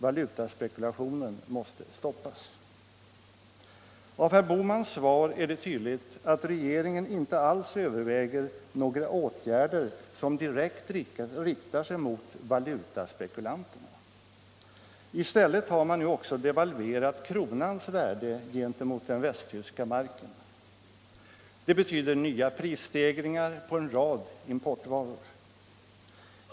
Valutaspekulationen måste stoppas. Av herr Bohmans svar är det tydligt att regeringen inte alls överväger några åtgärder som direkt riktar sig mot valutaspekulanterna. I stället har man nu också devalverat kronans värde gentemot den västtyska marken. Det betyder nya prisstegringar på en rad importvaror.